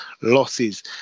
losses